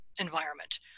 environment